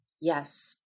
Yes